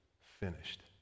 finished